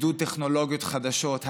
עידוד טכנולוגיות חדשות,